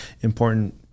important